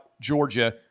Georgia